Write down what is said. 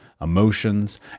emotions